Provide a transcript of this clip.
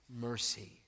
mercy